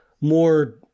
more